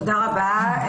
תודה רבה,